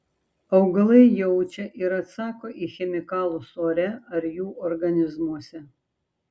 augalai jaučia ir atsako į chemikalus ore ar jų organizmuose